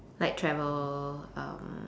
like travel um